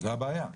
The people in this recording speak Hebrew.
זאת הבעיה.